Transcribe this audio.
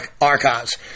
archives